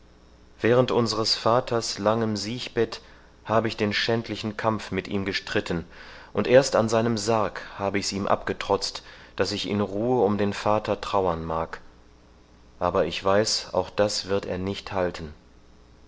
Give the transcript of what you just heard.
während unseres vaters langem siechbett habe ich den schändlichen kampf mit ihm gestritten und erst an seinem sarg hab ich's ihm abgetrotzt daß ich in ruhe um den vater trauern mag aber ich weiß auch das wird er nicht halten